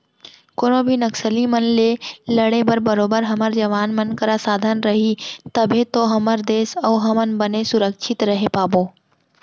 कोनो भी नक्सली मन ले लड़े बर बरोबर हमर जवान मन करा साधन रही तभे तो हमर देस अउ हमन बने सुरक्छित रहें पाबो